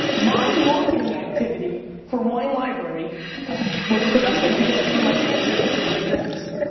my marketing activity, for wine library was productive because i grew my family business to a big business.